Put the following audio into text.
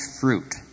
fruit